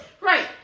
Right